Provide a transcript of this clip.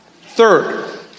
Third